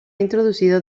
introducido